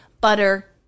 butter